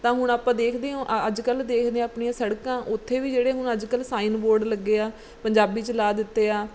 ਤਾਂ ਹੁਣ ਆਪਾਂ ਦੇਖਦੇ ਹੋ ਅ ਅੱਜ ਕੱਲ੍ਹ ਦੇਖਦੇ ਹਾਂ ਆਪਣੀਆਂ ਸੜਕਾਂ ਉੱਥੇ ਵੀ ਜਿਹੜੇ ਹੁਣ ਅੱਜ ਕੱਲ੍ਹ ਸਾਈਨ ਬੋਰਡ ਲੱਗੇ ਆ ਪੰਜਾਬੀ 'ਚ ਲਗਾ ਦਿੱਤੇ ਆ